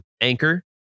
Anchor